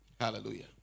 Hallelujah